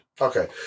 Okay